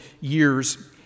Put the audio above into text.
years